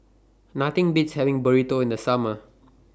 Nothing Beats having Burrito in The Summer